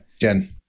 Jen